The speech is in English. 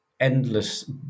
endless